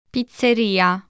Pizzeria